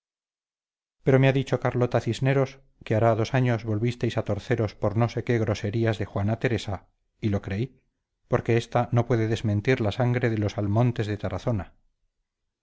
pero me ha dicho carlota cisneros que hará dos años volvisteis a torceros por no sé qué groserías de juana teresa y lo creí porque esta no puede desmentir la sangre de los almontes de tarazona